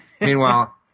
Meanwhile